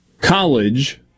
College